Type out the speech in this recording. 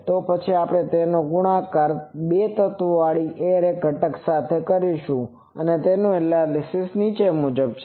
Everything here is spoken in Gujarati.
તો પછી આપણે તેનો ગુણાકાર બે તત્વોવાળા એરે ઘટક સાથે કરીશું તેથી તે એનાલિસીસ છે